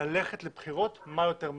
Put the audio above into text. ללכת לבחירות כמה שיותר מהר.